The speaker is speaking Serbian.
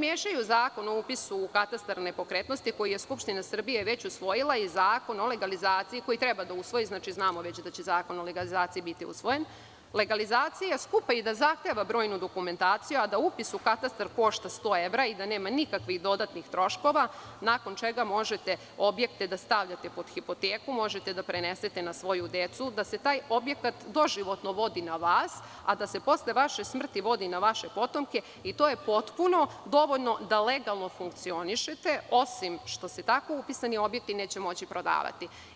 mešaju Zakon o upisu u katastar nepokretnosti koji je Skupština Srbije već usvojila i Zakon o legalizaciji koji treba da usvoji, znamo da će biti usvojen, legalizacija skupa i zahteva brojnu dokumentaciju a da upis u katastar košta 100 evra i da nema nikakvih dodatnih troškova nakon čega možete objekte da stavljate pod hipoteku, možete da prenesete na svoju decu, da se taj objekat doživotno vodi na vas, a da se posle vaše smrti vodi na vaše potomke i to je potpuno dovoljno da legalno funkcionišete, osim što se tako upisani objekti neće moći prodavati.